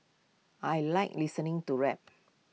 I Like listening to rap